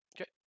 Okay